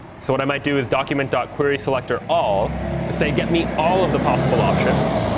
so what i might do is document dot query selector all to say, get me all of the possible options.